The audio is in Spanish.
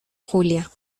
julia